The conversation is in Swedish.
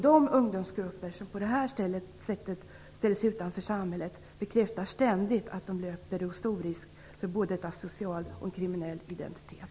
De ungdomsgrupper som på det sättet ställer sig utanför samhället bekräftar ständigt att de löper stor risk när det gäller både en asocial och en kriminell identitet.